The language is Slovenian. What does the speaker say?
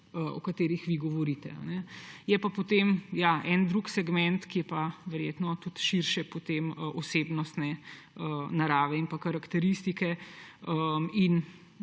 o katerih vi govorite. Je pa potem en drug segment, ki je pa verjetno širše osebnostne narave in karakteristike.